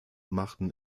machten